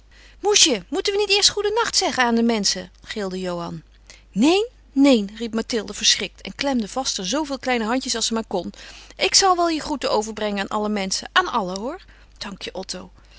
moesje moeten we niet eerst goedennacht zeggen aan de menschen gilde johan neen neen riep mathilde verschrikt en klemde vaster zooveel kleine handjes als ze maar kon ik zal wel je groeten overbrengen aan alle menschen aan allen hoor dank je otto